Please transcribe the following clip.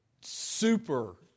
super